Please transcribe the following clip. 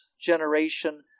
generation